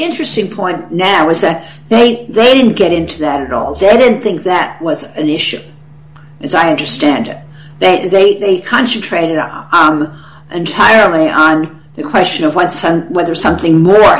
interesting point now was that they they didn't get into that at all they didn't think that was an issue as i understand it they concentrated on entirely i mean the question of when so whether something more